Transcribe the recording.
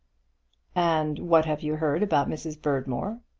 and what have you heard about mrs. berdmore?